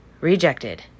rejected